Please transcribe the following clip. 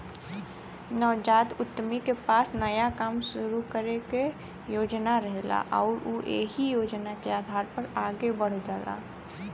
नवजात उद्यमी के पास नया काम शुरू करे क योजना रहेला आउर उ एहि योजना के आधार पर आगे बढ़ल जाला